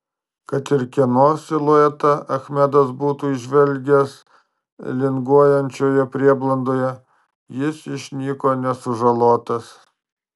kad ir kieno siluetą achmedas būtų įžvelgęs linguojančioje prieblandoje jis išnyko nesužalotas